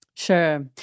Sure